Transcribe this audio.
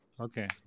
Okay